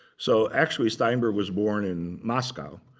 so actually, steinberg was born in moscow,